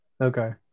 okay